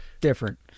Different